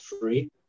free